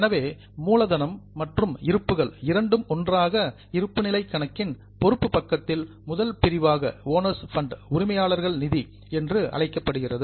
எனவே மூலதனம் மற்றும் இருப்புக்கள் இரண்டும் ஒன்றாக இருப்புநிலை கணக்கின் பொறுப்பு பக்கத்தில் முதல் பிரிவாக ஓனர்ஸ் ஃபண்ட் உரிமையாளர்களின் நிதி என்று அழைக்கப்படுகிறது